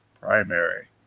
primary